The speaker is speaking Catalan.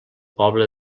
poble